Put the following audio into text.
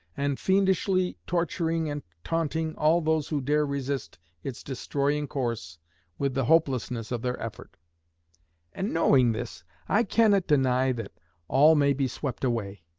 and fiendishly torturing and taunting all those who dare resist its destroying course with the hopelessness of their effort and knowing this, i cannot deny that all may be swept away.